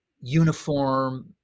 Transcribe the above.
uniform